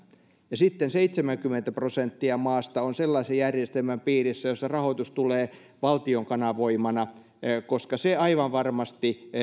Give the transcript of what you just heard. ja sitten seitsemänkymmentä prosenttia maasta on sellaisen järjestelmän piirissä jossa rahoitus tulee valtion kanavoimana se aivan varmasti